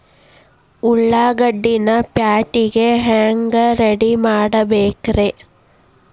ಉಳ್ಳಾಗಡ್ಡಿನ ಪ್ಯಾಟಿಗೆ ಹ್ಯಾಂಗ ರೆಡಿಮಾಡಬೇಕ್ರೇ?